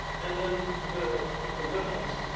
and then the the gods,